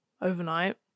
overnight